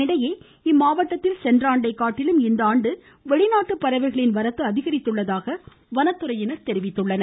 இதனிடையே இம்மாவட்டத்தில் சென்ற ஆண்டைக் காட்டிலும் இந்த ஆண்டு வெளிநாட்டு பறவைகளின் வரத்து அதிகரித்துள்ளதாக வனத்துறையினர் கூறியுள்ளார்